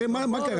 הרי מה קרה?